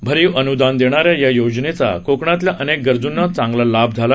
भरीव अनुदान देणाऱ्या या योजनेचा कोकणातल्या अनेक गरजूंना चांगला लाभ झाला